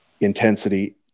intensity